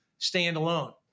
standalone